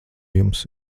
jums